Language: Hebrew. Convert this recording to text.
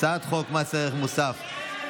על הצעת חוק מס ערך מוסף (תיקון,